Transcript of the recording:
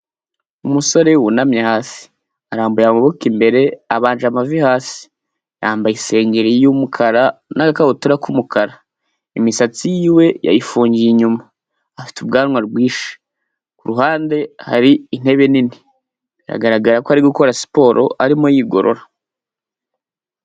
Umusore wunamye hasi arambuye amaboko imbere abanje amavi hasi, yambaye isengeri y'umukara n'agakabutura k'umukara, imisatsi yiwe yayifungiye inyuma, afite ubwanwa bwishi, ku ruhande hari intebe nini biragaragara ko ari gukora siporo arimo yigorora.